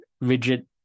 rigid